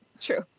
true